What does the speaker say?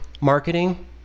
marketing